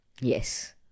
Yes